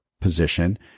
position